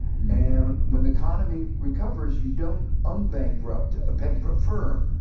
and when the economy recovers, you don't un-bankrupt a bankrupt firm.